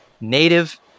native